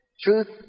Truth